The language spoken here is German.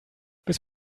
bis